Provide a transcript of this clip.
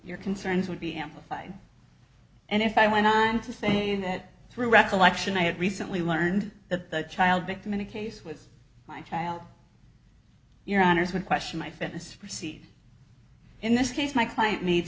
your concerns would be amplified and if i went on to say that through recollection i had recently learned that the child victim in a case with my child your honour's would question my fitness proceed in this case my client